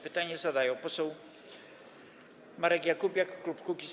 Pytanie zadaje poseł Marek Jakubiak, klub Kukiz’15.